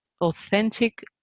authentic